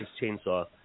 Chainsaw